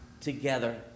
together